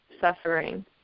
suffering